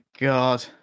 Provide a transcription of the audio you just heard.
God